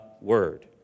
word